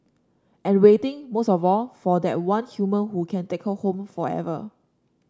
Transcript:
and waiting most of all for that one human who can take her home forever